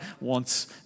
wants